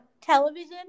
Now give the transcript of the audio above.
television